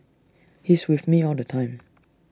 he's with me all the time